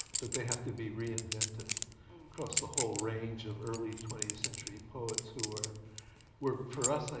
that they have to be reinvented across the whole range of early twentieth century poets who are where for us,